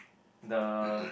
the